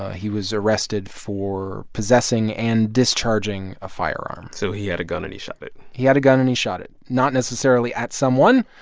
he was arrested for possessing and discharging a firearm so he had a gun, and he shot it he had a gun, and he shot it not necessarily at someone.